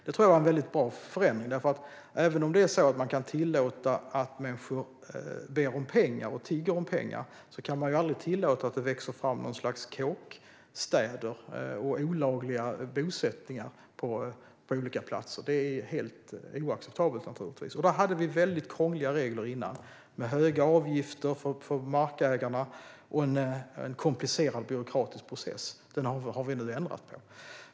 Det tror jag var en bra förändring, för även om man kan tillåta att människor ber om pengar och tigger om pengar kan man aldrig tillåta att det växer fram någon sorts kåkstäder eller olagliga bosättningar på olika platser. Det är naturligtvis helt oacceptabelt. Där hade vi förut väldigt krångliga regler med höga avgifter för markägarna och en komplicerad byråkratisk process. Det har vi nu ändrat på.